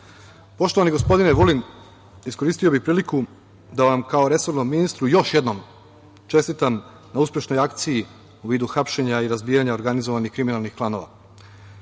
prihvati. Poštovani gospodine Vulin, iskoristio bih priliku da vam kao resornom ministru još jednom čestitam na uspešnoj akciji u vidu hapšenja i razbijanja organizovani kriminalnih klanova.